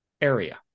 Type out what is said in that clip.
area